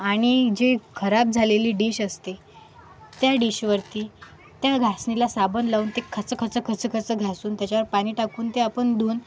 आणि जे खराब झालेली डिश असते त्या डिशवरती त्या घासणीला साबण लावून ते खच खच खच खच घासून त्याच्यावर पाणी टाकून ते आपण धुवून